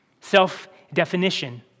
self-definition